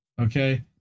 okay